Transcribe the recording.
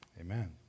Amen